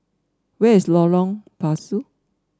where is Lorong Pasu